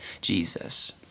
Jesus